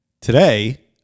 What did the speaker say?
today